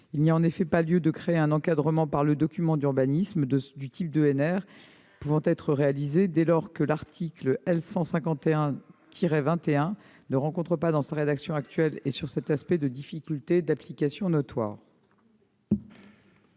Il n'y a en effet pas lieu de créer un encadrement par le document d'urbanisme du type d'ENR pouvant être réalisée dès lors que l'article L. 151-21 du code de l'urbanisme ne rencontre pas dans sa rédaction actuelle et sur cet aspect de difficulté d'application notoire.